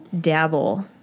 dabble